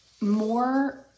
more